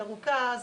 מרוכז,